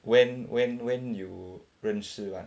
when when when you 认识 [one]